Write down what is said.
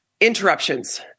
Interruptions